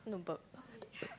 I want to burp